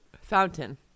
Fountain